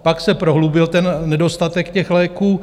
Pak se prohloubil nedostatek těch léků.